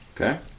Okay